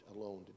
alone